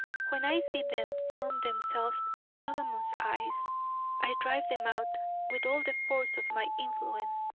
when i see them form themselves in philemon's eyes i drive them out with all the force of my influence,